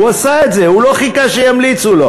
הוא עשה את זה, הוא לא חיכה שימליצו לו.